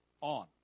on